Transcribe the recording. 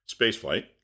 Spaceflight